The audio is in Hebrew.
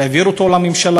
העביר אותו לממשלה,